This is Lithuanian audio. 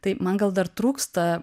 tai man gal dar trūksta